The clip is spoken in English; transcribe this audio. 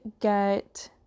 get